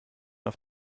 auf